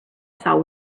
saw